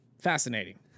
fascinating